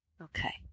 Okay